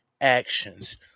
actions